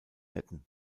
hätten